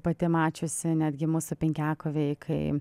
pati mačiusi netgi mūsų penkiakovėj kai